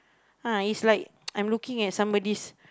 ah is like I'm looking at somebody's